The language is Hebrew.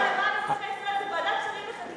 זו ועדת שרים לחקיקה,